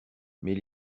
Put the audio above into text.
mais